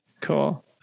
Cool